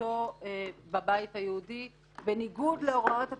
פעילותו בבית היהודי, בניגוד להוראות התקשי"ר,